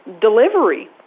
delivery